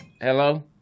Hello